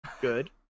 good